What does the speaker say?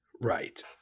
Right